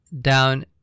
down